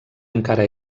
encara